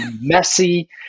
messy